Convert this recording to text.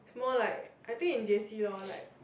more like I think in j_c loh like